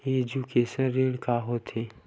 Education ऋण का होथे?